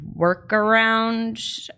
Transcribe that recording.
workaround